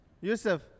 Yusuf